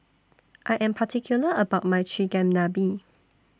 I Am particular about My Chigenabe